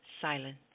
silence